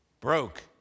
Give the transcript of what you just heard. broke